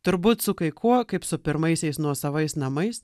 turbūt su kai kuo kaip su pirmaisiais nuosavais namais